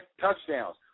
touchdowns